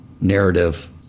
narrative